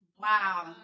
Wow